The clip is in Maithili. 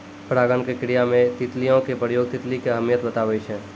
परागण के क्रिया मे तितलियो के प्रयोग तितली के अहमियत बताबै छै